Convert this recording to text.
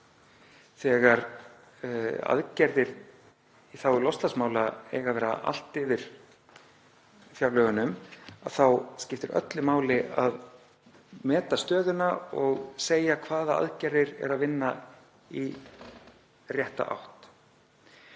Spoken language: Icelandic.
Þegar aðgerðir í þágu loftslagsmála eiga að vera allt yfir fjárlögunum þá skiptir öllu máli að meta stöðuna og segja hvaða aðgerðir eru að vinna í rétta átt,